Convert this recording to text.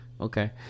okay